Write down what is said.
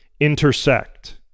intersect